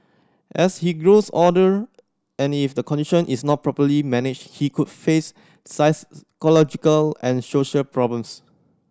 as he grows older and if the condition is not properly managed he could face psychological and social problems